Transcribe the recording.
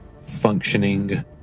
functioning